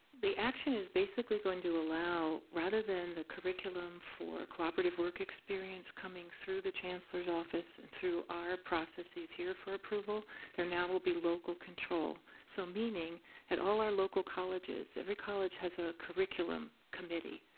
the action is basically going to allow rather than the curriculum for cooperative work experience coming through the chancellor's office and through our processes here for approval they're now will be local control so meaning at all local colleges every college has a curriculum committee.